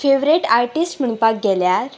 favourite artist म्हणपाक गेल्यार